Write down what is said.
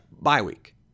Bye-week